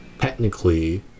technically